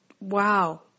wow